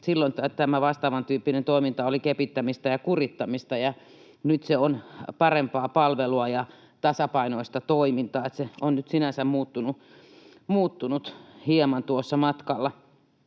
silloin tämä vastaavantyyppinen toiminta oli kepittämistä ja kurittamista ja nyt se on parempaa palvelua ja tasapainoista toimintaa. Se on nyt sinänsä muuttunut hieman tuossa matkalla.